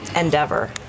Endeavor